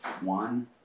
one